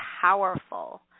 powerful